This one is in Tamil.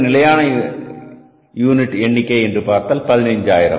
இதனுடன் நிலையான யூனிட் எண்ணிக்கை என்று பார்த்தால் 15000